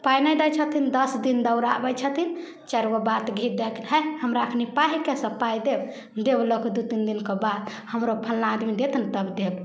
पाइ नहि दै छथिन दस दिन दौड़ाबै छथिन चारिगो बात हइ हमरा एखन पाइ हइ से पाइ देब देब लऽ कऽ दुइ तीन दिनके बाद हमरो फल्लाँ आदमी देत ने तऽ देब